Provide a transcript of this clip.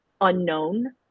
unknown